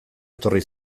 etorri